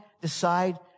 decide